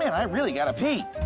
and i really got to pee.